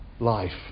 Life